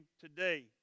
today